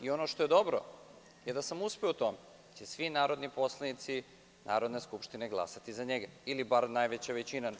Ono što je dobro je da sam uspeo u tome, da će svi narodni poslanici Narodne skupštine glasati za njega ili bar najveća većina.